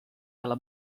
alla